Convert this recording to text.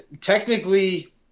technically